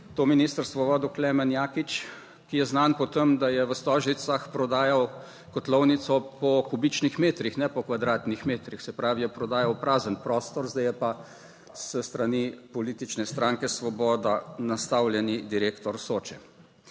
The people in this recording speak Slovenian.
to ministrstvo vodil Klemen Jaklič, ki je znan po tem, da je v Stožicah prodajal kotlovnico po kubičnih metrih, ne po kvadratnih metrih, se pravi, je prodajal prazen prostor, zdaj je pa s strani politične stranke Svoboda nastavljeni direktor Soče.